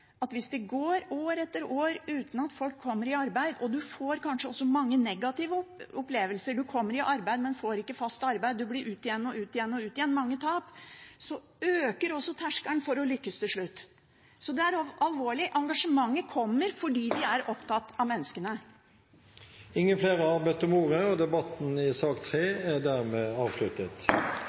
at hvis det går år etter år uten at folk kommer i arbeid, eller man kanskje får mange negative opplevelser – man kommer i arbeid, men får ikke fast arbeid, ut igjen og ut igjen, mange tap – så heves også terskelen for å lykkes til slutt. Det er alvorlig, og engasjementet kommer fordi vi er opptatt av menneskene. Flere har ikke bedt om ordet til sak nr. 3. Etter ønske fra utdannings- og